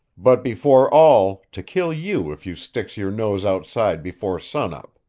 but before all to kill you if you sticks your nose outside before sun-up.